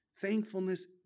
thankfulness